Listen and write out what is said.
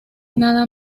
nada